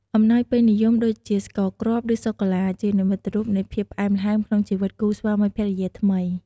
អំណោយពេញនិយមដូចជា ស្ករគ្រាប់ ឬសូកូឡា ជានិមិត្តរូបនៃភាពផ្អែមល្ហែមក្នុងជីវិតគូស្វាមីភរិយាថ្មី។